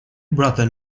brother